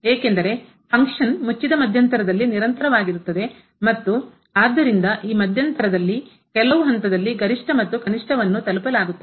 ಏಕೆಂದರೆ ಫಂಕ್ಷನ್ ಮುಚ್ಚಿದ ಮಧ್ಯಂತರದಲ್ಲಿ ನಿರಂತರವಾಗಿರುತ್ತದೆ ಮತ್ತು ಆದ್ದರಿಂದ ಈ ಮಧ್ಯಂತರದಲ್ಲಿ ಕೆಲವು ಹಂತದಲ್ಲಿ ಗರಿಷ್ಠ ಮತ್ತು ಕನಿಷ್ಠವನ್ನು ತಲುಪಲಾಗುತ್ತದೆ